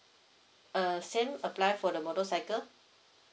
uh same apply for the motorcycle